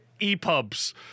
EPubs